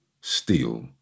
Steal